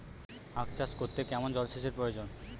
আখ চাষ করতে কেমন জলসেচের প্রয়োজন?